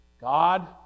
God